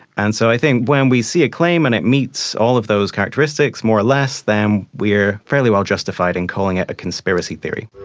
and so i think when we see a claim and it meets all of those characteristics more or less than we are fairly well justified in calling it a conspiracy theory.